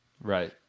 right